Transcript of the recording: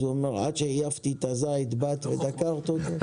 אז הוא אומר לה: עד שעייפתי את הזית באת ודקרת אותו.